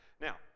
Now